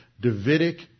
Davidic